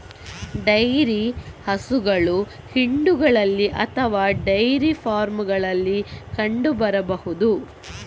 dairy ಹಸುಗಳು ಹಿಂಡುಗಳಲ್ಲಿ ಅಥವಾ ಡೈರಿ ಫಾರ್ಮುಗಳಲ್ಲಿ ಕಂಡು ಬರಬಹುದು